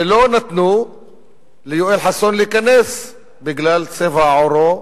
ולא נתנו ליואל חסון להיכנס בגלל צבע עורו,